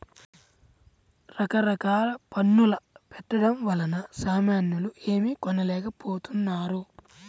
రకరకాల పన్నుల పెట్టడం వలన సామాన్యులు ఏమీ కొనలేకపోతున్నారు